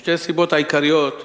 ושתי הסיבות העיקריות הן,